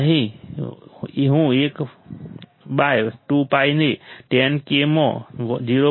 તેથી હું એક બાય 2 pi ને 10 k માં 0